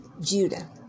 Judah